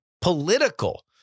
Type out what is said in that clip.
political